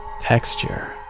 Texture